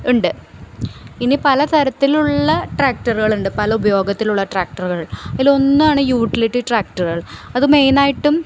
ഉണ്ട് ഇനി പല തരത്തിലുള്ള ട്രാക്ടറുകളുണ്ട് പല ഉപയോഗത്തിലുള്ള ട്രാക്ടറുകൾ അതിലൊന്നാണ് യൂട്ടിലിറ്റി ട്രാക്ടറുകൾ അത് മെയിനായിട്ടും